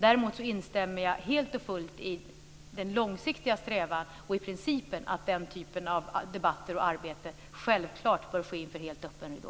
Däremot instämmer jag helt och fullt i den långsiktiga strävan och i principen att denna typ av debatter och arbete självfallet bör ske inför helt öppen ridå.